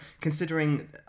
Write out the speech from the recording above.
Considering